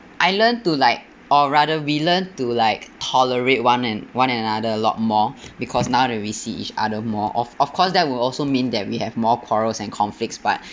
I learned to like or rather we learned to like tolerate one and one another lot more because now that we see each other more of of course that will also mean that we have more quarrels and conflicts but